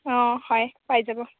অঁ হয় পাই যাব